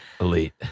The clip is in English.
Elite